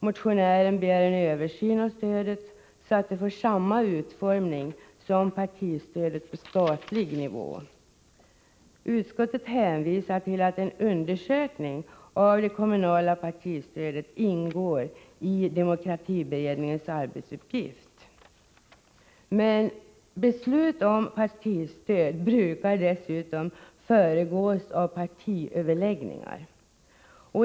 Motionären begär en översyn av stödet, så att det får samma utformning som partistödet på statlig nivå. Utskottet hänvisar till att en undersökning av det kommunala partistödet ingår i demokratiberedningens arbetsuppgifter. Men beslut om partistöd brukar dessutom föregås av partiöverläggningar.